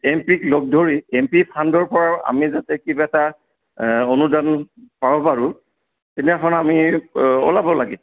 M P ক লগ ধৰি এম পি ফাণ্ডৰ পৰা আমি যাতে কিবা এটা অনুদান পাব পাৰোঁ সেইদিনাখন আমি ওলাব লাগে